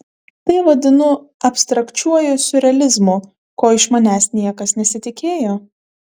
tai vadinu abstrakčiuoju siurrealizmu ko iš manęs niekas nesitikėjo